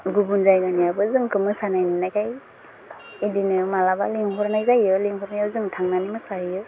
गुबुन जायगानियाबो जोंखौ मोसानाय नुनायखाय बिदिनो मालाबा लेंहरनाय जायो लेंहरनायाव जोंथांनानै मोसाहैयो